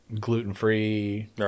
gluten-free